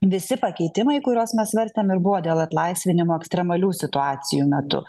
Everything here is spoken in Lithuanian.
visi pakeitimai kuriuos mes svarstėm ir buvo dėl atlaisvinimo ekstremalių situacijų metu